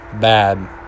bad